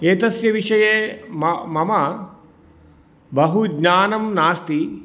एतस्य विषये म मम बहु ज्ञानं नास्ति